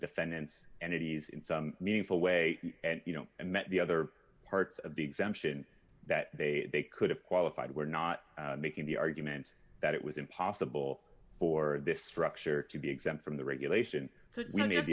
defendants and it is in some meaningful way and you know and met the other parts of the exemption that they could have qualified were not making the argument that it was impossible for this structure to be exempt from the regulation so they have